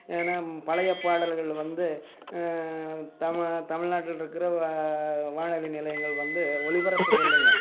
ஏன்னா பழையப் பாடல்கள் வந்து தம தமிழ்நாட்டில் இருக்கிற வ வானொலி நிலையங்கள் வந்து ஒளிபரப்புகிறது இல்லைங்க